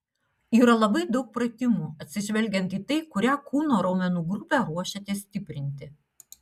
yra labai daug pratimų atsižvelgiant į tai kurią kūno raumenų grupę ruošiatės stiprinti